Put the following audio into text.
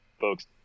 folks